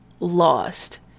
Lost